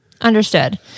understood